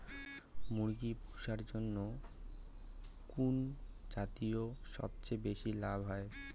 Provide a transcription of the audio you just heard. মুরগি পুষার জন্য কুন জাতীয় সবথেকে বেশি লাভ হয়?